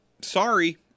sorry